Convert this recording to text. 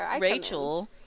Rachel